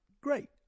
great